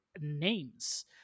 names